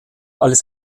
alles